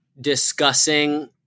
discussing